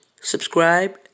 Subscribe